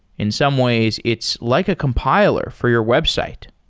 in some ways, it's like a compiler for your website.